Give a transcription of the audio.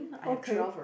okay